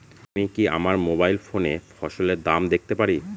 আমি কি আমার মোবাইল ফোনে ফসলের দাম দেখতে পারি?